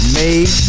made